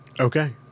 Okay